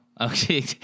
Okay